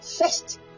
First